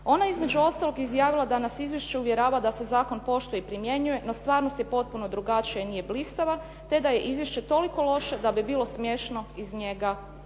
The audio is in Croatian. Ona je između ostalog izjavila da nas izvješće uvjerava da se zakon poštuje i primjenjuje, no stvarnost je potpuno drugačija i nije blistava, te da je izvješće toliko loše da bi bilo smiješno iz njega